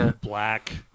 black